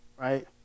right